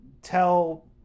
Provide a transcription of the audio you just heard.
Tell